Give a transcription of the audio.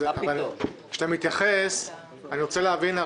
כשאתה מתייחס, אני רוצה להבין,